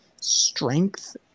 strength